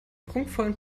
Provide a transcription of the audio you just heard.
prunkvollen